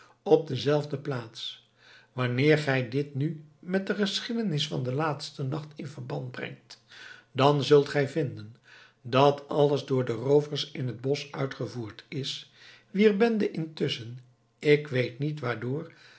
op dezelfde plaats wanneer gij dit nu met de geschiedenis van den laatsten nacht in verband brengt dan zult gij vinden dat alles door de roovers in het bosch uitgevoerd is wier bende intusschen ik weet niet waardoor